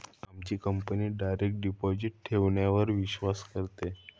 आमची company direct deposit ठेवण्यावर विश्वास ठेवते